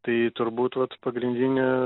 tai turbūt vat pagrindinė